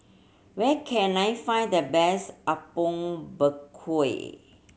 where can I find the best Apom Berkuah